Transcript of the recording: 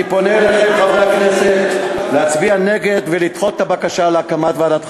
אני פונה לחברי הכנסת להצביע נגד ולדחות את הבקשה להקמת ועדת חקירה.